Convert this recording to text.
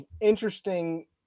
interesting